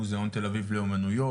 מוזיאון תל אביב לאומנויות,